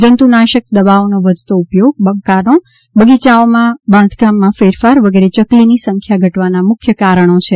જંતુનાશક દવાઓનો વધતો ઉપયોગ મકાનો અને બગીયાઓનાં બાંધકામમાં ફેરફાર વગેરે યકલીની સંખ્યા ઘટવાના મુખ્ય કારણો છે